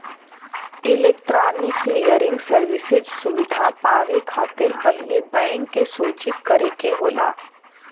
electronic clearing services सुविधा पावे खातिर पहिले बैंक के सूचित करे के होला